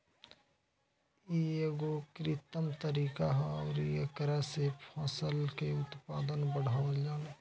इ एगो कृत्रिम तरीका ह अउरी एकरा से फसल के उत्पादन बढ़ावल जाला